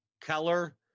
Keller